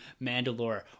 Mandalore